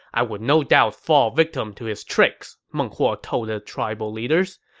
i would no doubt fall victim to his tricks, meng huo told the tribal leaders.